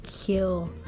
kill